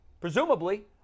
Presumably